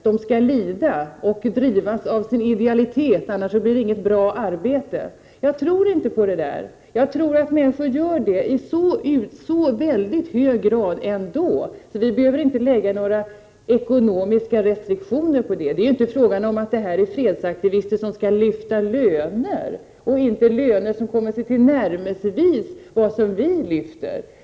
De skall lida och drivas av sin idealitet, eftersom det annars inte blir något bra arbete. Jag tror inte på detta. Jag tror att människor i mycket hög grad ändå arbetar på detta sätt. Vi behöver inte införa några ekonomiska restriktioner när det gäller detta. Det är inte fråga om att fredsaktivister skall kunna lyfta löner som ens tillnärmelsevis kan jämföras med dem som vi lyfter.